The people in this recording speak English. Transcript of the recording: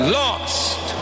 lost